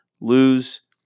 lose